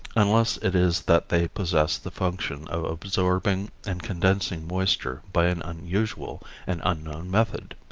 unless it is that they possess the function of absorbing and condensing moisture by an unusual and unknown method.